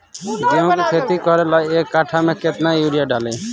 गेहूं के खेती करे ला एक काठा में केतना युरीयाँ डाली?